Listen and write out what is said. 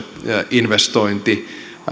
investointi